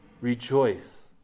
Rejoice